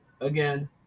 again